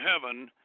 heaven